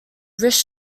wrist